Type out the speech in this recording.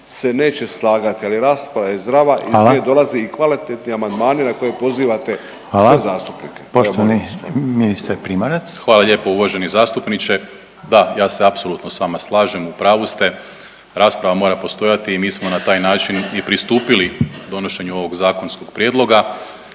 se neće slagati, ali rasprava je zdrava…/Upadica Reiner: Hvala/…iz nje dolaze i kvalitetni amandmani na koje pozivate sve zastupnike. **Reiner, Željko (HDZ)** Hvala. Poštovani ministar Primorac. **Primorac, Marko** Hvala lijepo uvaženi zastupniče. Da, ja se apsolutno s vama slažem, u pravu ste, rasprava mora postojati i mi smo na taj način i pristupili donošenju ovog zakonskog prijedloga